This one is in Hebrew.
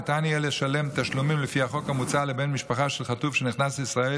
ניתן יהיה לשלם תשלומים לפי החוק המוצע לבן משפחה של חטוף שנכנס לישראל